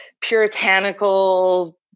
puritanical